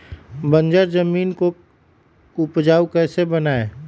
बंजर जमीन को उपजाऊ कैसे बनाय?